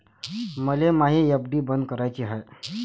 मले मायी एफ.डी बंद कराची हाय